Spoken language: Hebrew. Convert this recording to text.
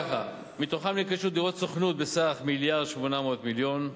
מתוכם נרכשו דירות סוכנות בסך מיליארד ו-800 מיליון,